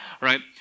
right